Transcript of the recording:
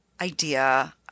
idea